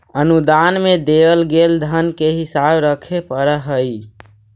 अनुदान में देवल गेल धन के हिसाब रखे पड़ा हई